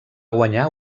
guanyar